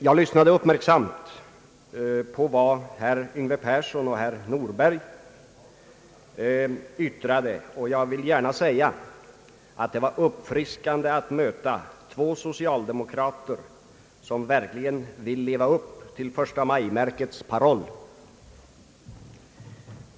Jag lyssnade uppmärksamt på vad herr Yngve Persson och herr Norberg yttrade, och jag vill gärna säga att det var uppfriskande att möta två social demokrater som verkligen vill leva upp till förstamajmärkets paroll.